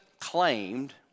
claimed